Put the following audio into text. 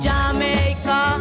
Jamaica